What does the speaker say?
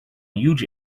huge